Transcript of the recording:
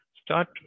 start